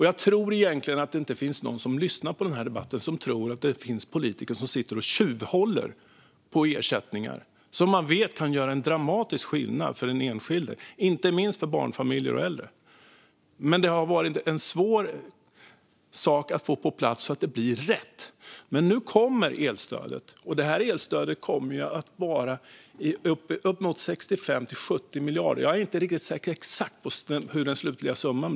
Jag tror egentligen inte att någon som lyssnar på den här debatten tror att det finns politiker som sitter och tjuvhåller på ersättningar som man vet kan göra dramatisk skillnad för den enskilde, inte minst för barnfamiljer och äldre. Men det har varit svårt att få det på plats så att det blir rätt. Men nu kommer elstödet, och det kommer att vara på uppemot 65-70 miljarder - jag är inte riktigt säker på den exakta slutliga summan.